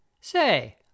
Say